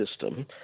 system